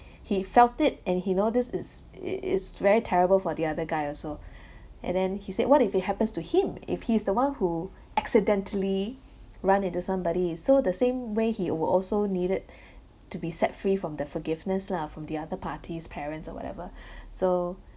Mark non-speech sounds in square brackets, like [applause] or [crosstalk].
he felt it and he know this is very terrible for the other guy also and then he said what if it happens to him if he's the one who accidentally run into somebody so the same way he would also needed [breath] to be set free from the forgiveness lah from the other parties parents or whatever [breath] so